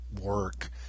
work